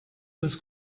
was